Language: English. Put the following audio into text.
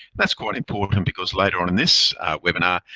that's quite important, because later on in this webinar,